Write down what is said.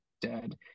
dead